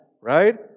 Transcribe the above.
right